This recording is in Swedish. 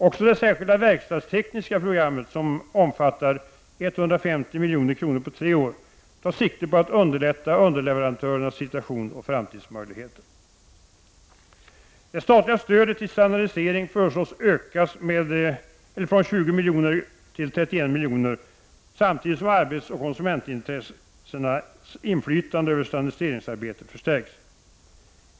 Också det särskilda verkstadstekniska programmet, som omfattar 150 milj.kr. på tre år, tar sikte på att underlätta underleverantörernas situation och framtidsmöjligheter. Det statliga stödet till standardisering föreslås öka från 20 till 31 miljoner, samtidigt som arbetsoch konsumentintressenas inflytande över standardiseringsarbetet förstärks.